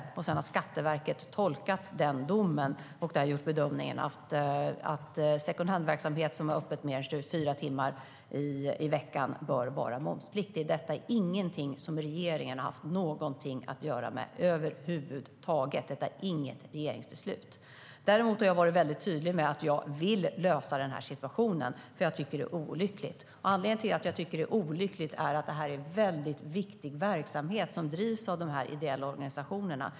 Skatteverket har sedan tolkat domen och gjort bedömningen att second hand-verksamhet som har öppet mer än 24 timmar i veckan bör vara momspliktig. Detta är ingenting som regeringen har haft någonting att göra med över huvud taget. Detta är inget regeringsbeslut. Däremot har jag varit tydlig med att jag vill lösa den här situationen, för jag tycker att den är olycklig. Anledningen är att det är en väldigt viktig verksamhet som drivs av de ideella organisationerna.